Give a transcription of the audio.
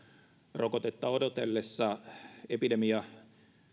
rokotetta odotellessa